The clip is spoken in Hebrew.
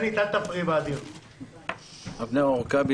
אני אבנר עורקבי,